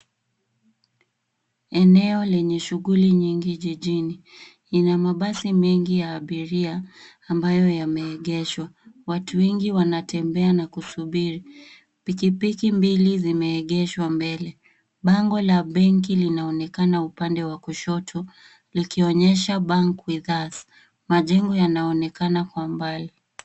Eneo lenye shughuli nyingi jijini. Ina mabasi mengi ya abiria ambayo yameegeshwa. Watu wengi wanatembea na kusubiri. Pikipiki mbili zimeegeshwa mbele. Bango la benki linaonekana upande wa kushoto likionyesha, bank with us. Majengo yanaonekana kwa mbali.